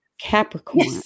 Capricorn